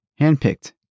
handpicked